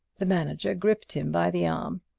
the manager gripped him by the arm.